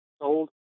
sold